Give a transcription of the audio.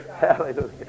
hallelujah